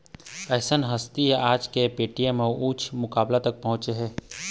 अइसन हस्ती ह आज ये पेटीएम ल उँच मुकाम तक पहुचाय हे